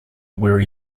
where